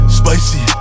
spicy